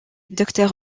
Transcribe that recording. docteur